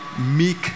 meek